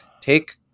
take